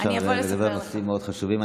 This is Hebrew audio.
ואפשר לדבר על נושאים מאוד חשובים.